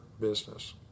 business